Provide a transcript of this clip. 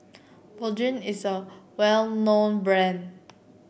Bonjela is a well known brand